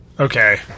Okay